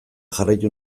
jarraitu